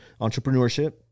Entrepreneurship